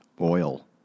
Oil